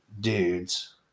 dudes